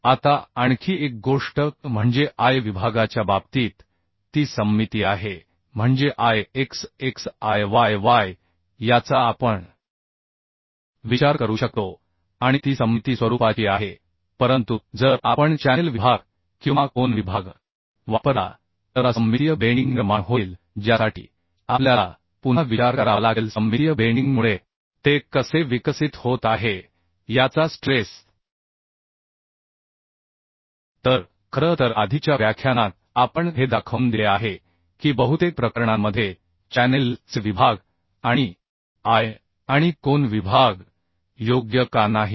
आता आणखी एक गोष्ट म्हणजे I विभागाच्या बाबतीत ती सममिती आहे म्हणजे I x x I y y याचा आपण विचार करू शकतो आणि ती सममिती स्वरूपाची आहे परंतु जर आपण चॅनेल विभाग किंवा कोन कोन विभाग वापरला तर असममितीय बेंडींग निर्माण होईल ज्यासाठी आपल्याला पुन्हा विचार करावा लागेल सममितीय बेंडिंग मुळे ते कसे विकसित होत आहे याचा स्ट्रेस तर खरं तर आधीच्या व्याख्यानात आपण हे दाखवून दिले आहे की बहुतेक प्रकरणांमध्ये चॅनेल चे विभाग आणि I आणि कोन विभाग योग्य का नाहीत